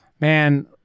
man